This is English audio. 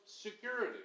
security